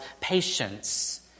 patience